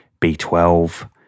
B12